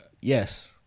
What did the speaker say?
Yes